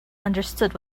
understood